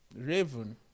raven